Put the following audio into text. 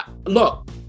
Look